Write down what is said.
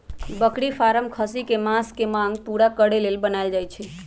बकरी फारम खस्सी कें मास के मांग पुरा करे लेल बनाएल जाय छै